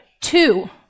Two